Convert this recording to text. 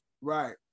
Right